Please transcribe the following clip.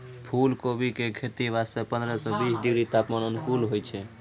फुलकोबी के खेती वास्तॅ पंद्रह सॅ बीस डिग्री तापमान अनुकूल होय छै